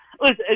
Listen